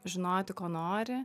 žinoti ko nori